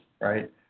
right